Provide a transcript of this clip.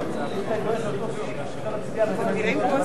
אפשר להצביע על ההסתייגויות בבת-אחת,